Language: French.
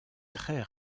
très